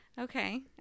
Okay